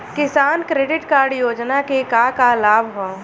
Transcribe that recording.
किसान credit card योजना के का का लाभ ह?